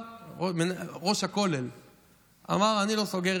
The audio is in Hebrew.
ראש הכולל אמר: אני לא סוגר